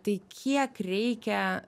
tai kiek reikia